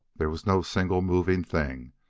there was no single moving thing,